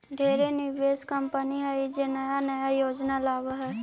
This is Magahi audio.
ढेरे निवेश कंपनी हइ जे नया नया योजना लावऽ हइ